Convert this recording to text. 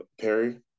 Perry